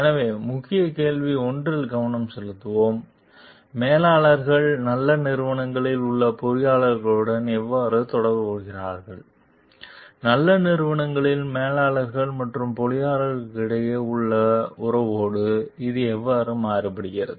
எனவே முக்கிய கேள்வி 1 இல் கவனம் செலுத்துவோம் மேலாளர்கள் நல்ல நிறுவனங்களில் உள்ள பொறியியலாளர்களுடன் எவ்வாறு தொடர்புபடுகிறார்கள் நல்ல நிறுவனங்களில் மேலாளர்கள் மற்றும் பொறியியலாளர்களிடையே உள்ள உறவோடு இது எவ்வாறு மாறுபடுகிறது